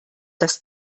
dass